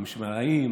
הממשלה ההיא,